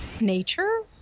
Nature